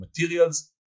materials